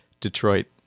detroit